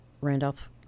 randolph